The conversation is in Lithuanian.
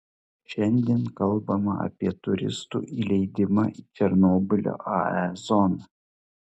šiandien kalbama apie turistų įleidimą į černobylio ae zoną